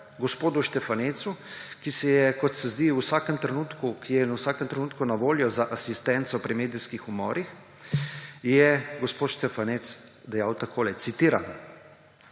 gospodu Štefanecu, ki je, kot se zdi, v vsakem trenutku na voljo za asistenco pri medijskih umorih, je gospod Štefanec dejal takole, citiram: